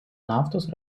naftos